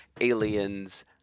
aliens